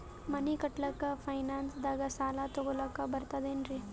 ಮನಿ ಕಟ್ಲಕ್ಕ ಫೈನಾನ್ಸ್ ದಾಗ ಸಾಲ ತೊಗೊಲಕ ಬರ್ತದೇನ್ರಿ?